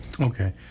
okay